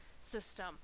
system